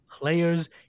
players